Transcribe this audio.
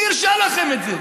מי הרשה לכם את זה?